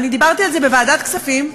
דיברתי על זה בוועדת הכספים,